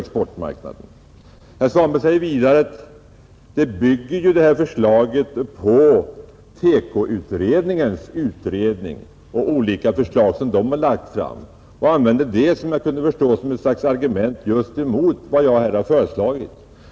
Vidare sade herr Svanberg att mitt förslag bygger på TEKO-utredningens förslag, och såvitt jag förstår använde han det som ett argument mot vad jag föreslagit.